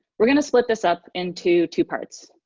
we are going to split this up into two parts.